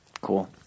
Cool